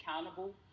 accountable